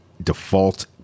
default